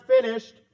finished